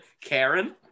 Karen